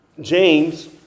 James